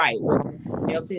right